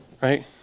Right